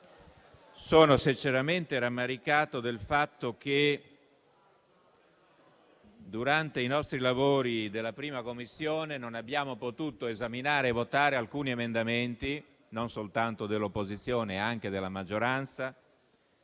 sinceramente rammaricato del fatto che, durante i nostri lavori in 1a Commissione, non abbiamo potuto esaminare e votare alcuni emendamenti, non soltanto dell'opposizione, ma anche della maggioranza,